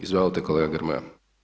Izvolte kolega Grmoja.